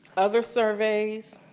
other surveys